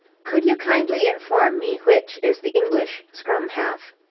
could you kindly inform me which is the english scrum-half?